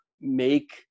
make